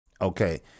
Okay